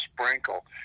sprinkle